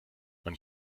man